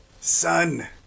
son